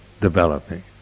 developing